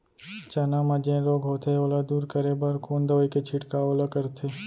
चना म जेन रोग होथे ओला दूर करे बर कोन दवई के छिड़काव ल करथे?